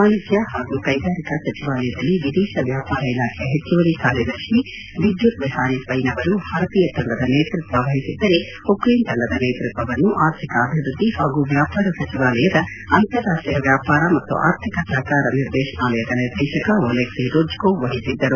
ವಾಣಿಜ್ಯ ಹಾಗೂ ಕೈಗಾಲಿಕ ಸಚಿವಾಲಯದಲ್ಲಿ ವಿದೇಶ ವ್ಯಾಪಾರ ಇಲಾಖೆಯ ಹೆಚ್ಚುವರಿ ಕಾರ್ಯದರ್ತಿ ಬಿದ್ಯುತ್ ಬೆಹಾರಿ ಸ್ವೈನ್ ಅವರು ಭಾರತೀಯ ತಂಡದ ನೇತೃತ್ವ ವಹಿಸಿದ್ದರೆ ಉಕ್ರೇನ್ ತಂಡದ ನೇತೃತ್ವವನ್ನು ಅರ್ಥಿಕ ಅಭಿವೃದ್ದಿ ಹಾಗೂ ವ್ಯಾಪಾರ ಸಚಿವಾಲಯದ ಅಂತಾರಾಷ್ಟೀಯ ವ್ಯಾಪಾರ ಮತ್ತು ಆರ್ಥಿಕ ಸಹಕಾರ ನಿರ್ದೇಶನಾಲಯದ ನಿರ್ದೇಶಕ ಓಲೆಕ್ಸಿ ರೋಜ್ಕೋವ್ ವಹಿಸಿದ್ದರು